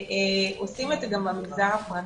עושים את זה גם במגזר הפרטי.